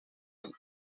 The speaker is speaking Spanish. inc